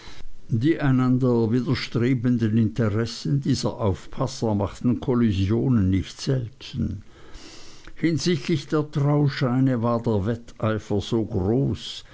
die einander widerstrebenden interessen dieser aufpasser machten kollisionen nicht selten hinsichtlich der trauscheine war der wetteifer so groß